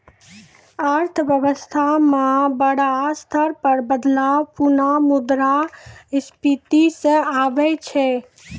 अर्थव्यवस्था म बड़ा स्तर पर बदलाव पुनः मुद्रा स्फीती स आबै छै